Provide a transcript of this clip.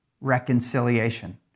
reconciliation